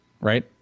right